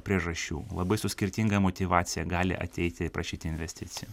priežasčių labai su skirtinga motyvacija gali ateiti prašyti investicijų